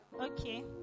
Okay